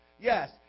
Yes